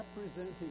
representing